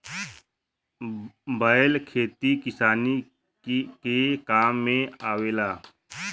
बैल खेती किसानी के काम में आवेला